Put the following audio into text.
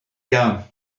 iawn